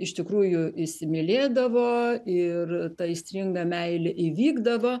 iš tikrųjų įsimylėdavo ir ta aistringa meilė įvykdavo